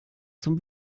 zum